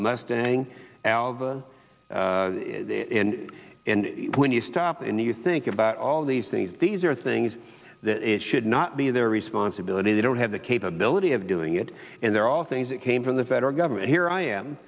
mustang alva and when you stop and you think about all these things these are things that it should not be their responsibility they don't have the capability of doing it and they're all things that came from the federal government here i am